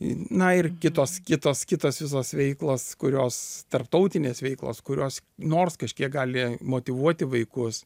na ir kitos kitos kitos visos veiklos kurios tarptautinės veiklos kurios nors kažkiek gali motyvuoti vaikus